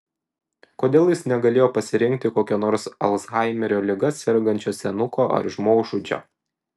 kodėl jis negalėjo pasirinkti kokio nors alzhaimerio liga sergančio senuko ar žmogžudžio